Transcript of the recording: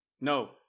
No